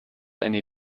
eine